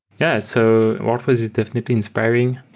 yeah. so wordpress is definitely inspiring.